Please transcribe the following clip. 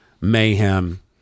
mayhem